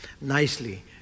nicely